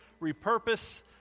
repurpose